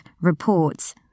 reports